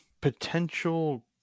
potential